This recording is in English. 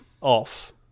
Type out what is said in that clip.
Off